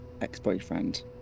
ex-boyfriend